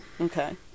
Okay